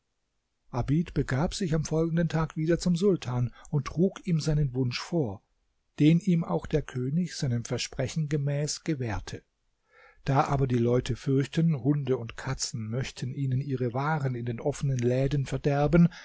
abid begab sich am folgenden tag wieder zum sultan und trug ihm seinen wunsch vor den ihm auch der könig seinem versprechen gemäß gewährte da aber die leute fürchten hunde und katzen möchten ihnen ihre waren in den offenen läden verderben